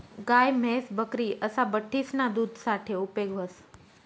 गाय, म्हैस, बकरी असा बठ्ठीसना दूध साठे उपेग व्हस